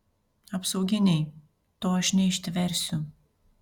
apsauginiai to aš neištversiu